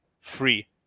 free